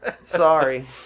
Sorry